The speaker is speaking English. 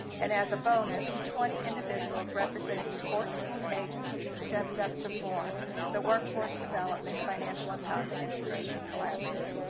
and as a bonus, twenty individuals representing fourteen agencies stepped up to form the workforce development financial empowerment integration collaborative.